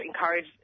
encourage